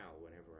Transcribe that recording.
whenever